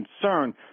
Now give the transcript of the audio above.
concern